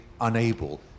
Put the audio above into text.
unable